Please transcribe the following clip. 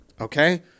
okay